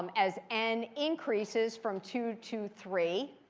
as n increases from two to three,